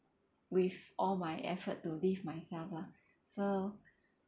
with all my effort to live myself lah so